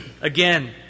Again